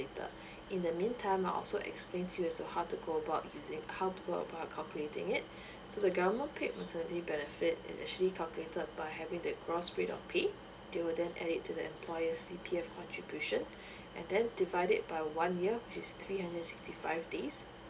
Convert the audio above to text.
in the mean time I'll also explain to you so how to go about using how to go about calculating it so the government paid maternity benefit is actually calculated by having that gross rate of pay they will then add it to the employer C_P_F contribution and then divide it by one year which is three and sixty five days